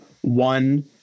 one